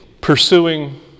pursuing